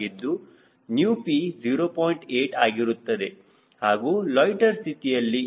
8 ಆಗಿರುತ್ತದೆ ಹಾಗೂ ಲೊಯ್ಟ್ಟೆರ್ ಸ್ಥಿತಿಯಲ್ಲಿ ಇದು 0